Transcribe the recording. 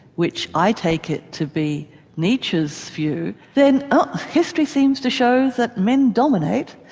which i take it to be nietzsche's view, then ah history seems to show that men dominate,